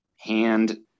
hand